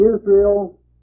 Israel